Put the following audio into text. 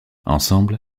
ensemble